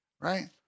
right